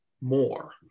more